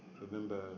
Remember